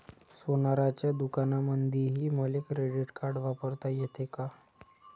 सोनाराच्या दुकानामंधीही मले क्रेडिट कार्ड वापरता येते का?